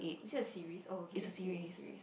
it is a series oh okay it is series